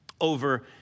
over